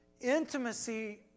intimacy